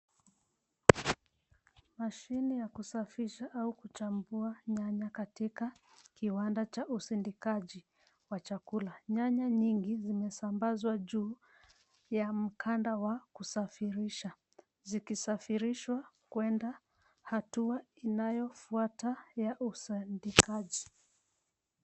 Mashine ya kusafisha au kuchambua nyanya katika kiwanda cha usindikaji wa chakula. Nyanya nyingi zimesambazwa juu ya mkanda wa kusafirisha zikisafirishwa kwenda hatua inayofuata ya usindikaji.